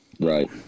Right